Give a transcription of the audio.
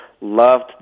loved